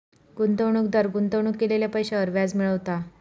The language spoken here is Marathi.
गुंतवणूकदार गुंतवणूक केलेल्या पैशांवर व्याज मिळवता